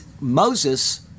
Moses